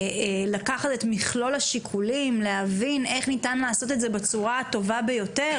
לקחת את מכלול השיקולים ולהבין איך ניתן לעשות את זה בצורה הטובה ביותר,